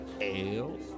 ale